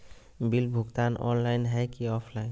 Bill भुगतान online है की ऑफलाइन?